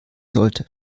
sollte